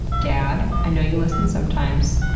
dad, i know you listen sometimes.